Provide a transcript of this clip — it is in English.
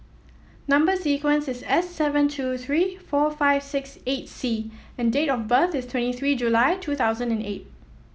number sequence is S seven two three four five six eight C and date of birth is twenty three July two thousand and eight